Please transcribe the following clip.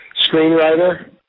screenwriter